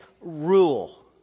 rule